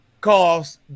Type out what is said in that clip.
Cause